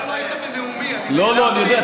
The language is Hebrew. אתה לא היית בנאומי, לא לא, אני יודע.